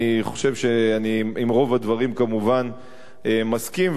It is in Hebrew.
אני חושב שאני עם רוב הדברים כמובן מסכים,